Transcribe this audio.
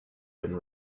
been